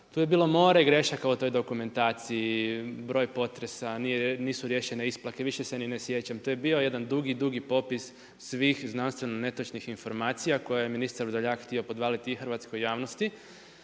tu je bilo more grešaka u toj dokumentaciji, broj potresa, nisu riješene isplate, više se ni ne sjećam, to je bio jedan dugi, dugi popis znanstveno netočnih informacija koje je ministar Vrdoljak htio podvaliti i hrvatskoj javnosti